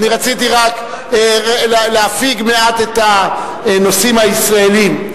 רציתי רק להפיג מעט את הנושאים הישראליים.